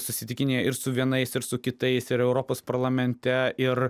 susitikinėja ir su vienais ir su kitais ir europos parlamente ir